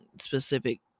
specific